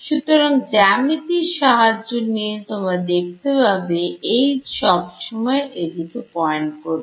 সুতরাং জ্যামিতির সাহায্য নিয়ে তোমরা দেখতে পাবে H সবসময় এদিকে point করছে